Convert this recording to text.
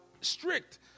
strict